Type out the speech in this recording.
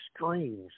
strange